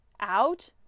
out